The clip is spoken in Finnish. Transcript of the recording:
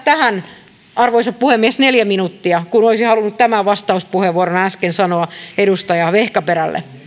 tähän arvoisa puhemies neljä minuuttia kun olisin halunnut tämän vastauspuheenvuoron äsken sanoa edustaja vehkaperälle